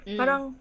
parang